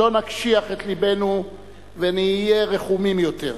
לא נקשיח את לבנו ונהיה רחומים יותר.